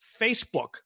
Facebook